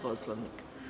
Poslovnika?